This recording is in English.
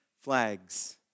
flags